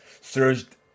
surged